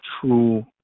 true